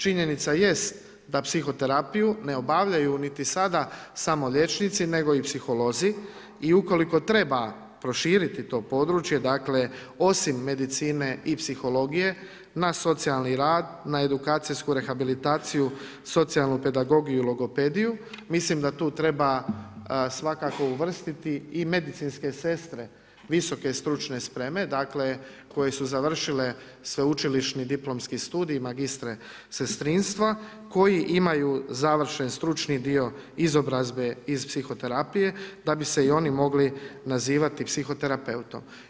Činjenica jest da psihoterapiju ne obavljaju niti sada samo liječnici nego i psiholozi i ukoliko treba proširiti to područje, dakle osim medicine i psihologije na socijalni rad, na edukacijsku rehabilitaciju, socijalnu pedagogiju i logopediju, mislim da tu treba svakako uvrstiti i medicinske sestre visoke stručne spreme koje su završile sveučilišni diplomski studij, magistre sestrinstva koji imaju završen stručni dio izobrazbe iz psihoterapije da bi se i oni mogli nazivati psihoterapeutom.